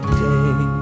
day